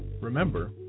Remember